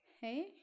Hey